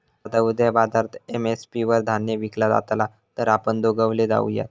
दादा उद्या बाजारात एम.एस.पी वर धान्य विकला जातला तर आपण दोघवले जाऊयात